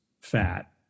fat